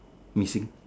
missing